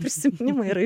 prisiminimai yra